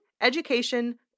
education